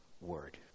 word